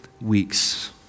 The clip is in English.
weeks